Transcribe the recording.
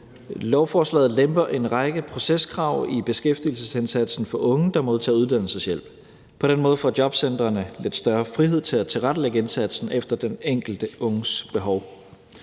Lovforslaget lemper en række proceskrav i beskæftigelsesindsatsen for unge, der modtager uddannelseshjælp. På den måde får jobcentrene lidt større frihed til at tilrettelægge indsatsen efter den enkelte unges behov.